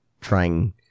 trying